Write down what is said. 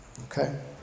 Okay